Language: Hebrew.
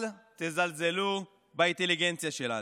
אל תזלזלו באינטליגנציה שלנו.